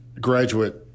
graduate